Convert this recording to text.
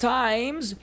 times